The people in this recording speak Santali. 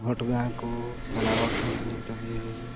ᱜᱷᱚᱴᱜᱟ ᱠᱚ ᱪᱟᱞᱟᱣ ᱠᱟᱱᱟᱞᱤᱧ ᱛᱚᱵᱮ